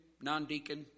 non-deacon